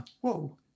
whoa